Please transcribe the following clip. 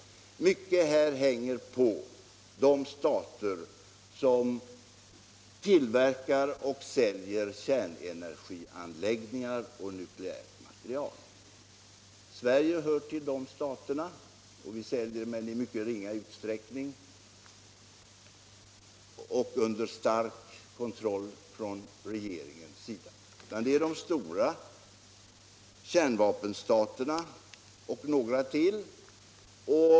Mycket hänger i detta avseende på de stater som tillverkar och säljer kärnenergianläggningar och nukleärt material. Sverige hör visserligen till de stater som säljer sådana anläggningar - men bara i mycket ringa utsträckning och under stark kontroll från regeringen. Sverige kommer därvid långt efter de stora kärnvapenstaterna och några till.